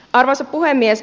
arvoisa puhemies